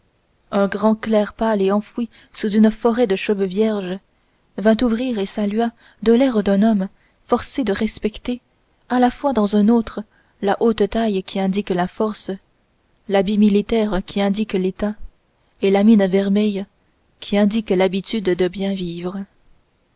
un grand clerc pâle et enfoui sous une forêt de cheveux vierges vint ouvrir et salua de l'air d'un homme forcé de respecter à la fois dans un autre la haute taille qui indique la force l'habit militaire qui indique l'état et la mine vermeille qui indique l'habitude de bien vivre